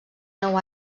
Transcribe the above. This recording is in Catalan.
nou